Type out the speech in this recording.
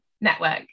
network